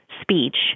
speech